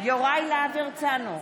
יוראי להב הרצנו,